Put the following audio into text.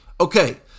Okay